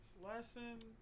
lesson